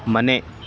ಮನೆ